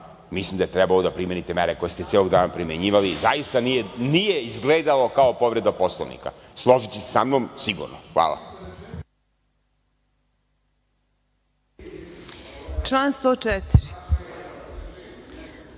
mislim da je trebalo da primenite mere koje ste celog dana primenjivali i zaista nije izgledalo kao povreda Poslovnika. Složićete se sa mnom sigurno. Hvala.